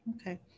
Okay